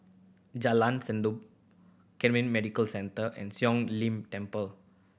Jalan Sendudok Camden Medical Centre and Siong Lim Temple